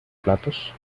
platos